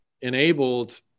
enabled